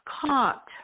caught